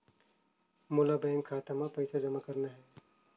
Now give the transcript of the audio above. मोला बैंक खाता मां पइसा जमा करना हे?